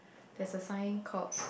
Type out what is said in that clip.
that's a sign called